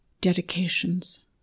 Dedications